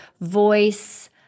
voice